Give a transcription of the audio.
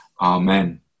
Amen